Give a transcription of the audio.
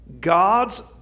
God's